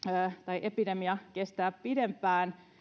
epidemia kestää pidempään